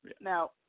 now